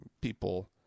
people